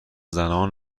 زنان